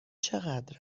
چقدر